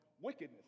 wickedness